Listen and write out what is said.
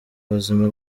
buzima